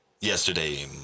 Yesterday